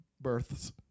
births